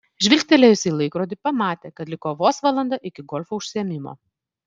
žvilgtelėjusi į laikrodį pamatė kad liko vos valanda iki golfo užsiėmimo